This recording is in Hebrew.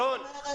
הגעה.